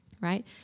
right